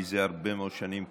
מזה הרבה מאוד שנים,